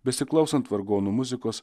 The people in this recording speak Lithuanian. besiklausant vargonų muzikos